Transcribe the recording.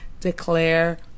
declare